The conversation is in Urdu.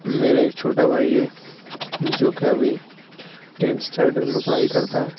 میرا ایک چھوٹا بھائی ہے جو کہ ابھی ٹینتھ اسٹیڈر میں پڑھائی کرتا ہے